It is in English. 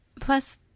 Plus